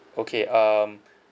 okay um